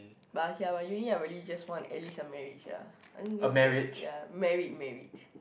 but okay !wah! uni I really just want at least a merit sia undergrad ya merit merit